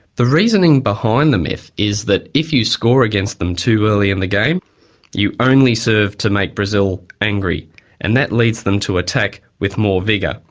the reasoning behind the myth is that if you score against them too early in the game you only serve to make brazil angry and that leads them to attack with more vigour.